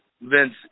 Vince